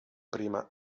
prima